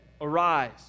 Arise